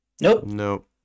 Nope